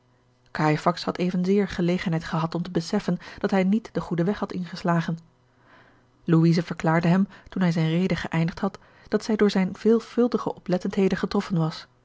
had evenzeer gelegenheid gehad om te beseffen dat hij niet den goeden weg had ingeslagen george een ongeluksvogel louise verklaarde hem toen hij zijne rede geëindigd had dat zij door zijne veelvuldige oplettendheden getroffen was